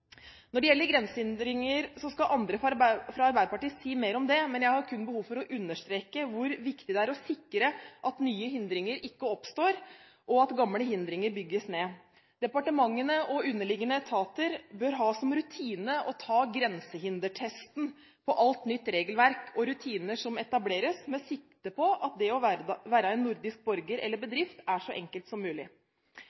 Når det gjelder grensehindringer, skal andre fra Arbeiderpartiet si mer om det. Jeg har kun behov for å understreke hvor viktig det er å sikre at nye hindringer ikke oppstår, og at gamle hindringer bygges ned. Departementene og underliggende etater bør ha som rutine å ta grensehindertesten på alt nytt regelverk og rutiner som etableres, med sikte på at det å være nordisk borger eller